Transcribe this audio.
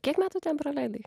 kiek metų ten praleidai